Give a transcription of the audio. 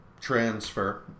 transfer